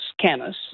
scanners